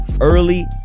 early